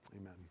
amen